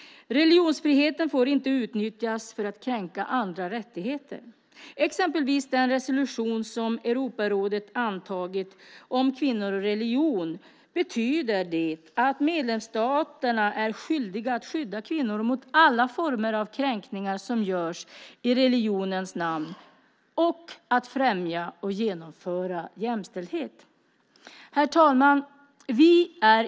Religionsfriheten får inte utnyttjas för att kränka andra rättigheter. Exempelvis den resolution om kvinnor och religion som Europarådet har antagit betyder att medlemsstaterna är skyldiga att skydda kvinnor mot alla former av kränkningar som görs i religionens namn och att främja och genomföra jämställdhet. Herr talman!